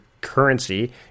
currency